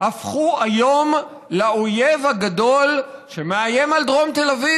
הפכו היום לאויב הגדול שמאיים על דרום תל אביב